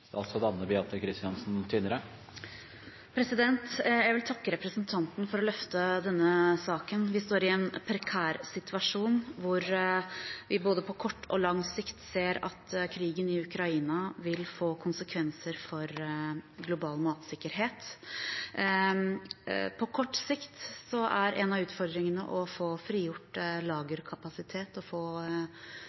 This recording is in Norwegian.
Jeg vil takke representanten for å løfte denne saken. Vi står i en prekær situasjon, hvor vi både på kort og lang sikt ser at krigen i Ukraina vil få konsekvenser for global matsikkerhet. På kort sikt er en av utfordringene å få frigjort lagerkapasitet og få